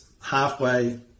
halfway